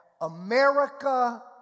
America